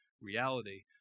reality